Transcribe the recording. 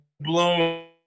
blow